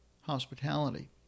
hospitality